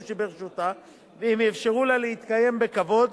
שברשותה והאם יאפשרו לה להתקיים בכבוד.